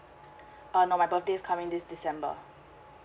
err no my birthday is coming this december